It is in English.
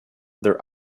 their